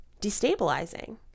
destabilizing